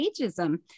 ageism